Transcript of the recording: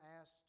asked